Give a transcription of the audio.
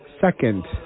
second